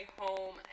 home